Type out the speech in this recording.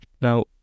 Now